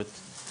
אבל לא רק.